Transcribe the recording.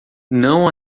não